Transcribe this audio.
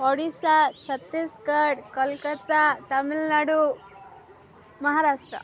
Odisha Chhattisgarh Calcutta Tamil Nadu Maharashtra